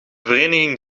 vereniging